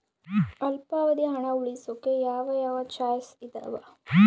ಅಲ್ಪಾವಧಿ ಹಣ ಉಳಿಸೋಕೆ ಯಾವ ಯಾವ ಚಾಯ್ಸ್ ಇದಾವ?